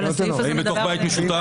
מה אם זה בחצר של בית משותף?